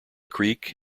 creek